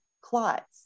clots